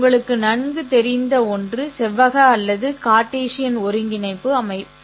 உங்களுக்கு நன்கு தெரிந்த ஒன்று செவ்வக அல்லது கார்ட்டீசியன் ஒருங்கிணைப்பு அமைப்பாகும்